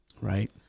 Right